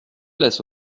laisse